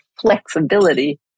flexibility